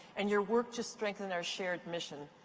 and your work to strengthen our shared mission.